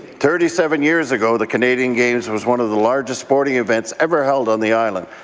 thirty-seven years ago, the canada and games was one of the largest sporting events ever held on the island.